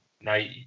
Now